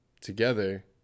together